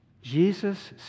Jesus